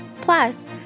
Plus